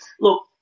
Look